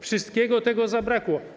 Wszystkiego tego zabrakło.